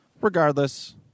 regardless